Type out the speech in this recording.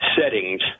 settings